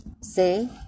see